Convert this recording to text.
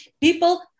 people